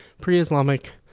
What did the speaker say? pre-Islamic